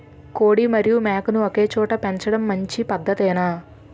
కోడి మరియు మేక ను ఒకేచోట పెంచడం మంచి పద్ధతేనా?